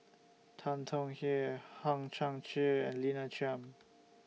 Tan Tong Hye Hang Chang Chieh Lina Chiam